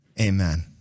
Amen